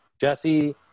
jesse